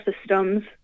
systems